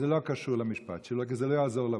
זה לא קשור למשפט שלו, כי זה לא יעזור לו.